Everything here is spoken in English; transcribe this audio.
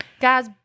Guys